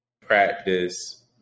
practice